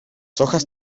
hojas